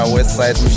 Westside